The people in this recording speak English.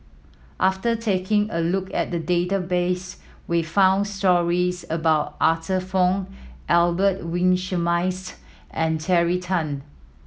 after taking a look at the database we found stories about Arthur Fong Albert Winsemius and Terry Tan